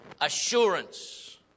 assurance